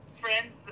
friends